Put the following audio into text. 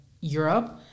Europe